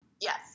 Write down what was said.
Yes